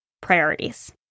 priorities